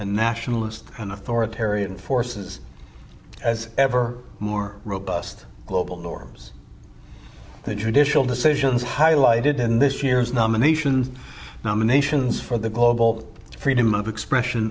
nationalist and authoritarian forces as ever more robust global norms the judicial decisions highlighted in this year's nominations nominations for the global freedom of expression